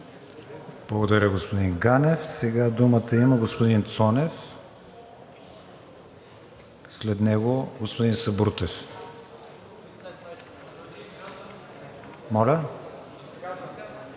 Благодаря, господин Ганев. Думата има господин Цонев, след него господин Сабрутев.